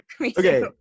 okay